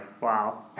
Wow